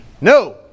No